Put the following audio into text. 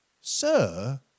Sir